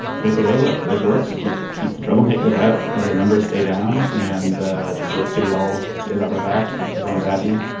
they said, hey, look, this works. keep keep the troublemakers out, ah the numbers stay down and the the city city hall stays on her back. everyone's happy.